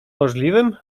możliwym